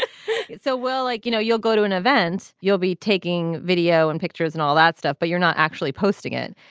so well. like you know you'll go to an event you'll be taking video and pictures and all that stuff but you're not actually posting it.